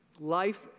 Life